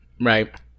Right